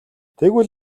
тэгвэл